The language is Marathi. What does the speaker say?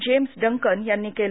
जेम्स डंकन यांनी केले